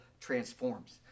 transforms